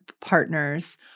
partners